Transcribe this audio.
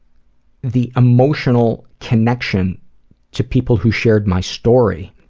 the emotional connection to people who shared my story,